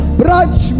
branch